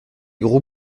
gros